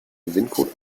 gewinncode